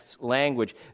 language